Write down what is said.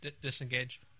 Disengage